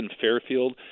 fairfield